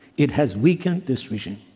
it has weakened this regime.